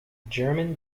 german